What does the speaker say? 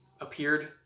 appeared